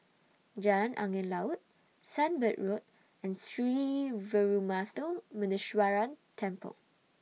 Jalan Angin Laut Sunbird Road and Sree Veeramuthu Muneeswaran Temple